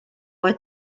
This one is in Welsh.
mai